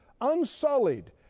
unsullied